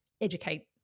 educate